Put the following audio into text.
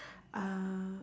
uh